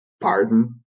Pardon